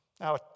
Now